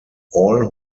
all